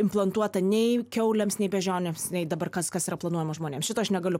implantuota nei kiaulėms nei beždžionėms nei dabar kas kas yra planuojama žmonėms šito aš negaliu